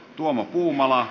tuomo puumala